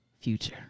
Future